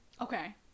Okay